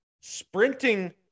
sprinting